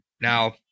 Now